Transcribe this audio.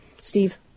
Steve